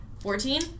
Fourteen